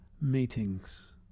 meetings